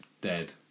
dead